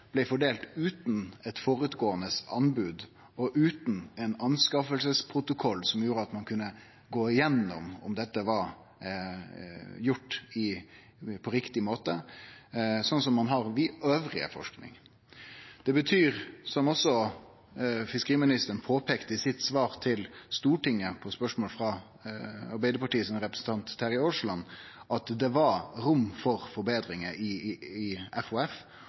utan anbod på førehand og utan ein anskaffingsprotokoll som gjorde at ein kunne gå igjennom og sjå om det var gjort på riktig måte, slik som ein har i annan forsking. Det betyr, som også fiskeriministeren påpeikte i sitt svar til Stortinget på spørsmål frå Arbeidarpartiets representant Terje Aasland, at det var rom for forbetringar i FHF, og at ein var i